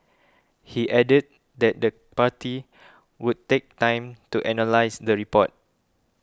he added that the party would take time to analyse the report